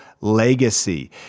legacy